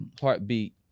heartbeat